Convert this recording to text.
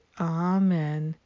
amen